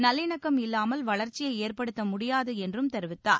நல்லிணக்கம் இல்லாமல் வளர்ச்சியை ஏற்படுத்த முடியாது என்றும் தெரிவித்தார்